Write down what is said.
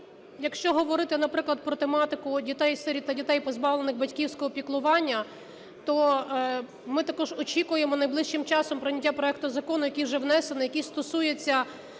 Якщо говорити, наприклад, про тематику дітей-сиріт та дітей, позбавлених батьківського піклування, то ми також очікуємо найближчим часом прийняття проекту закону, який вже внесений, який стосується